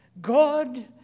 God